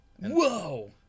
whoa